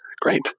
Great